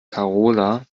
karola